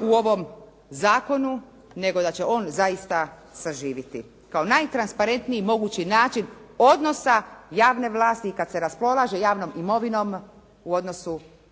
u ovom zakonu nego da će on zaista saživiti kao najtransparentniji mogući način odnosa javne vlasti i kada se raspolaže javnom imovinom u odnosu prema